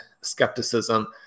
skepticism